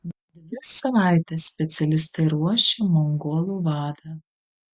dvi savaites specialistai ruošė mongolų vadą